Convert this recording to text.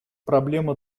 проблема